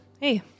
Hey